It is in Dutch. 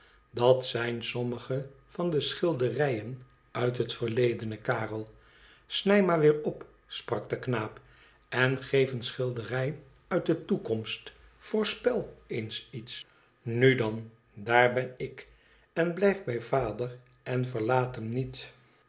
dat zijn sommige van de schilderijen uit het verledene karel snij maar weer op sprak de knaap en geef eene schilderij uit de toekomst voorspel eens iets nu dan daar ben ik en blijf bij vader en verlaat hem niet